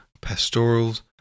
pastorals